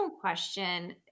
question